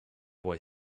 boy